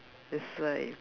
that's why